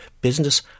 business